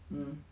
um